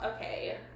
Okay